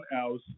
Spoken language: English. else